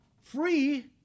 free